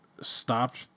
stopped